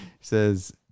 Says